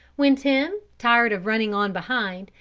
when tim, tired of running on behind,